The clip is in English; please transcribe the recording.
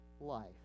life